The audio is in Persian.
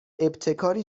ابتکاری